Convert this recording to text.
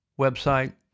website